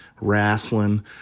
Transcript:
wrestling